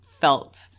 felt